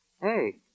Hey